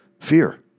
fear